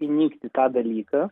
įnikti į tą dalyką